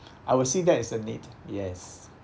I will see that is a need yes